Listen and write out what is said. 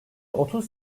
otuz